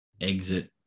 exit